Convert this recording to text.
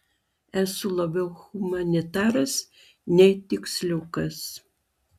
esu labiau humanitaras nei tiksliukas